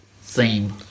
theme